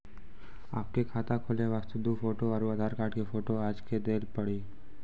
आपके खाते खोले वास्ते दु फोटो और आधार कार्ड के फोटो आजे के देल पड़ी?